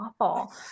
awful